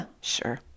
sure